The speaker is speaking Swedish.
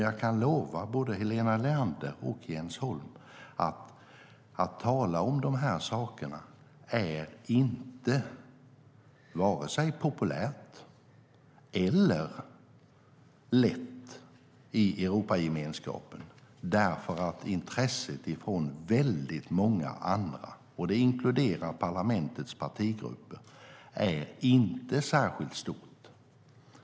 Jag kan lova både Hillevi Larsson och Jens Holm att det vare sig är populärt eller lätt tala om de här sakerna i Europagemenskapen, därför att intresset från väldigt många andra, och det inkluderar parlamentets partigrupper, inte är särskilt stort.